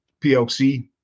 PLC